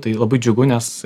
tai labai džiugu nes